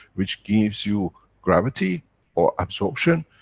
which gives you gravity or absorption,